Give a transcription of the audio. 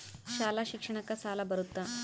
ಶಾಲಾ ಶಿಕ್ಷಣಕ್ಕ ಸಾಲ ಬರುತ್ತಾ?